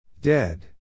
Dead